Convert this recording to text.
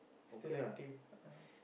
still active